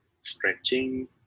stretching